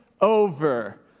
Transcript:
Over